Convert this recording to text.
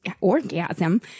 orgasm